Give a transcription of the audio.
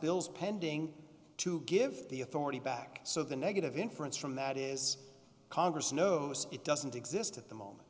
bills pending to give the authority back so the negative inference from that is congress knows it doesn't exist at the moment